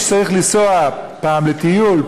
האיש צריך לנסוע פעם לטיול,